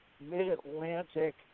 mid-Atlantic